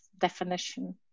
definition